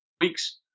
weeks